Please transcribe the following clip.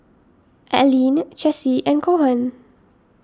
Aleen Chessie and Cohen